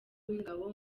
w’ingabo